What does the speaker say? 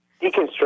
Deconstruct